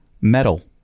Metal